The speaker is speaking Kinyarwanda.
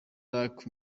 luc